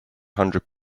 hundred